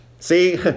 See